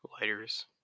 lighters